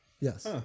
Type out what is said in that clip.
Yes